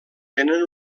tenen